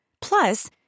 Plus